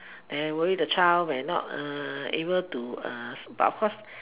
then worry the child may not able to but of course